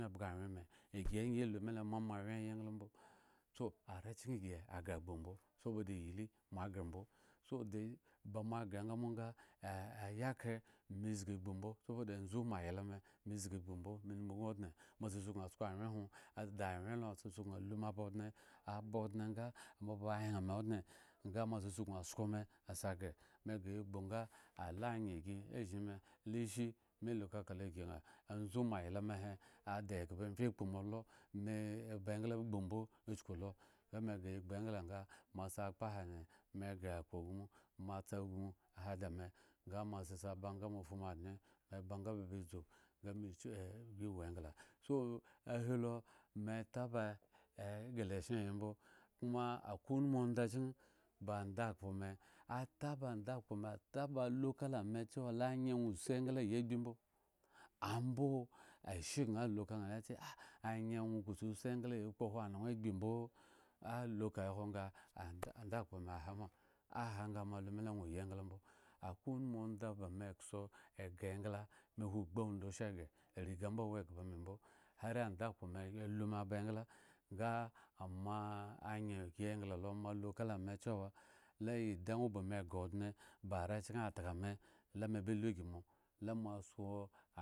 Ken bhga awyen a gi angyi lu mile amoawyen yi engla mbo, arechken gi aghre gbu mbo sobodaiyli moagre mbo so ba mo aghre nga mbo nga ah ayikhre me zgi gbu mbo soboda anzu moayla me zgi gbu mbo me numubin odŋe moasa suknu sko awyen hwon da wyen lo sa suknu hu meba odŋe aba odŋe nga mo aba hyen me odŋe nga moasa suknu sko meghre meghre ya gbu nga alanye gi azhin me la ishi me ku kakalo ygi ŋha anzu moayla me he ada eghbo mvye ekpo olo me ba engla gbu mbo chuku lo nga me ghre yi gbu engla nga moasi akpa hahe me ghre aku agmu, moatsa agmu ahade me nga moasi sa ba nga moafu me adne me ba nga me ba dzu nga me dzu, me wo engla, so ahilo meta ba eghre eso yhre mbo kuma akwe unumu onda chken ba ndakhpo me ataba ndakhpo me taba lukalame anye ŋwo su engla yi agbi mbo, ambo ashe gŋa lu ka ŋha ah anye ŋwo ka sa su engla ka sakpohwo anoŋwo agbi mbo, alu ka he ahwo nga andakhpo me aha ma, aha nga moalu mile aŋwo yi engla mbo, akwe unumu onda ba me kso eghre engla me hwo ugbu awundu sha eghre ariga mbo awo eghbo me mbo hare andakhpo me alu me aba engla nga amo anye gi engla lo mo alu kala me chewa la ida bame ghre odŋe ba arecchken atka mela balu ygi mola sko.